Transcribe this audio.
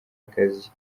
akazi